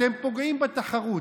אתם פוגעים בתחרות,